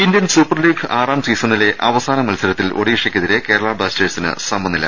Indian Super League ആറാം സീസണിലെ അവസാന മത്സരത്തിൽ ഒഡീഷയ്ക്കെതിരെ കേരള ബ്ലാസ്റ്റേഴ്സിനു സമനില